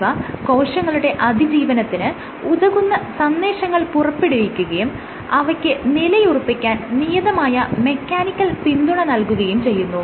ഇവ കോശങ്ങളുടെ അതിജീവനത്തിന് ഉതകുന്ന സന്ദേശങ്ങൾ പുറപ്പെടുവിക്കുകയും അവയ്ക്ക് നിലയുറപ്പിക്കാൻ നിയതമായ മെക്കാനിക്കൽ പിന്തുണ നൽകുകയും ചെയ്യുന്നു